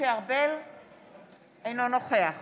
אינו נוכח